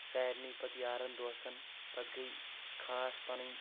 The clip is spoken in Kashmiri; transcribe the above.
سارنی پتہٕ یارن دوستن پتہٕ گٔے خاص پنٕنۍ